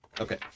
Okay